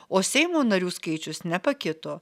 o seimo narių skaičius nepakito